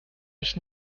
mich